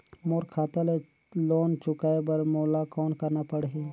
मोर खाता ले लोन चुकाय बर मोला कौन करना पड़ही?